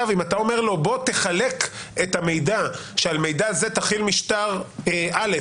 אם אתה אומר לו' בוא תחלק את המידע שעל מידע זה תחיל משטר א',